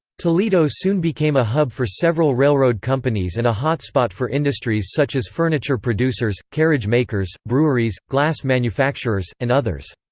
toledo soon became a hub for several railroad companies and a hotspot for industries such as furniture producers, carriage makers, breweries, glass manufacturers, and others.